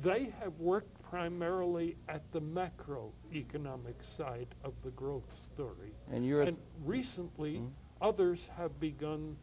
they have worked primarily at the macro economic side of the growth story and you had recently others have begun